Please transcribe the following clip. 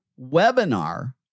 webinar